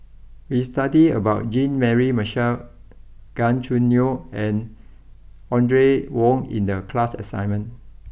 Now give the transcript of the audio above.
we studied about Jean Mary Marshall Gan Choo Neo and Audrey Wong in the class assignment